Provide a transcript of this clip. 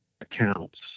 accounts